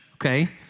okay